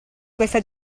questa